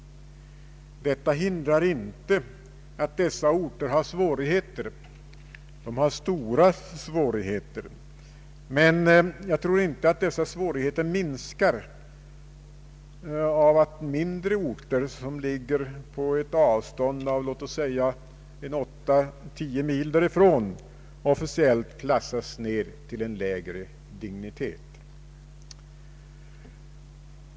Detta hindrar inte att dessa orter har svårigheter, stora svårigheter, men dessa svårigheter minskar knappast av att mindre orter, som ligger på ett avstånd av 8&— 10 mil därifrån, officiellt klassas ned till en lägre dignitet.